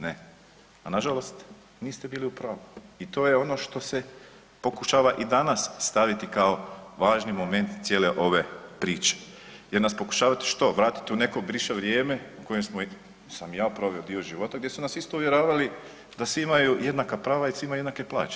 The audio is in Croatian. Ne, a nažalost niste bili u pravu i to je ono što se pokušava i danas staviti kao važni moment cijele ove priče jer nas pokušavate što vratiti u neko bivše vrijeme u kojem sa ja proveo dio života gdje su nas isto uvjeravali da svi imaju jednaka prava i svi imaju jednake plaće.